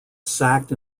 sacked